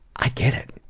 i get it.